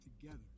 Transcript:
together